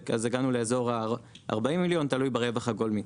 כך הגענו לכ-40 מיליון, תלוי ברווח הגולמי.